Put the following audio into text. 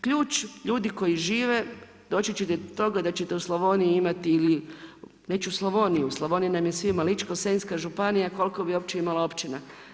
Ključ ljudi koji žive, doći će do toga da ćete u Sloveniji imati ili, neću Slavoniju, Slavonija nam je svima, Ličko-senjska županija koliko bi uopće imala općina.